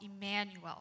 Emmanuel